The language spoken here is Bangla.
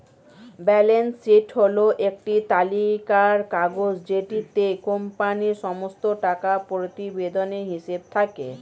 ব্যালান্স শীট হল একটি তালিকার কাগজ যেটিতে কোম্পানির সমস্ত টাকা প্রতিবেদনের হিসেব থাকে